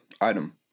item